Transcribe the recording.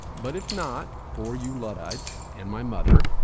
but if not for you luddites. and my mother,